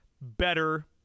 better